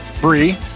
Bree